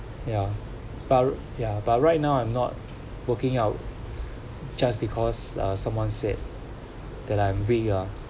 ya but ya but right now I'm not working out just because uh someone said that I'm weak ah